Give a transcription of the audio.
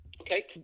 Okay